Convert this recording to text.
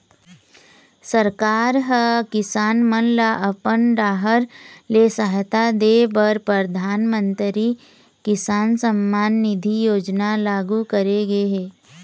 सरकार ह किसान मन ल अपन डाहर ले सहायता दे बर परधानमंतरी किसान सम्मान निधि योजना लागू करे गे हे